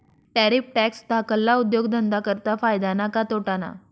Tariff tax धाकल्ला उद्योगधंदा करता फायदा ना का तोटाना?